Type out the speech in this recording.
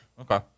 Okay